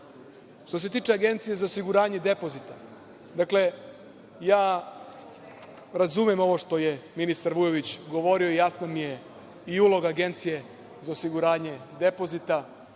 se tiče Agencije za osiguranje depozita, dakle, razumem ovo što je ministar Vujović govorio, jasna mi je i uloga Agencije za osiguranje depozita,